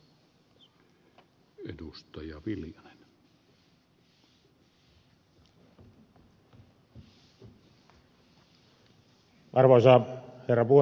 arvoisa herra puhemies